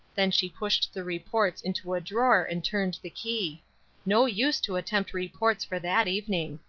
then she pushed the reports into a drawer and turned the key no use to attempt reports for that evening.